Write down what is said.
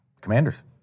Commanders